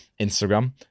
instagram